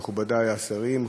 מכובדי השרים,